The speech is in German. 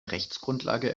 rechtsgrundlage